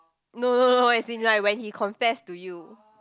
no no no as in like when he confessed to you